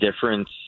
difference